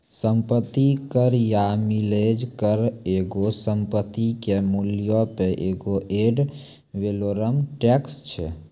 सम्पति कर या मिलेज कर एगो संपत्ति के मूल्यो पे एगो एड वैलोरम टैक्स छै